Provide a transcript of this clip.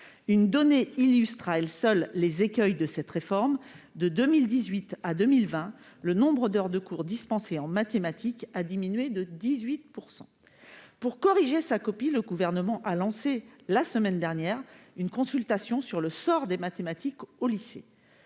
Une donnée illustre à elle seule les écueils de cette réforme : de 2018 à 2020, le nombre d'heures de cours dispensées en mathématiques a diminué de 18 %. Pour corriger sa copie, le Gouvernement a lancé, la semaine dernière, une consultation sur le sort des mathématiques au lycée.